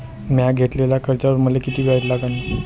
म्या घेतलेल्या कर्जावर मले किती व्याज लागन?